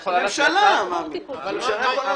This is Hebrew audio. הממשלה יכולה לבוא לכאן ולבקש